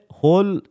whole